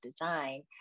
design